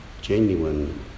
genuine